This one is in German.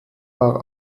war